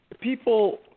people –